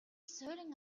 суурин